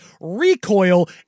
recoil